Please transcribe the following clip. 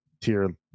tier